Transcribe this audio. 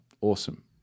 Awesome